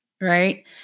right